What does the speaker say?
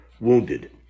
wounded